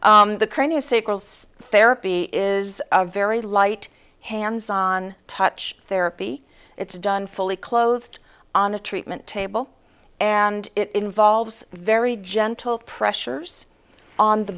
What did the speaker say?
so therapy is very light hands on touch therapy it's done fully clothed on a treatment table and it involves very gentle pressures on the